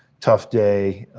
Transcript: tough day,